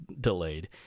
delayed